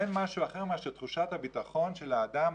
אין משהו אחר מאשר תחושת הביטחון של האדם,